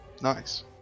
Nice